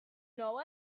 know